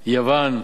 יוון,